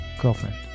girlfriend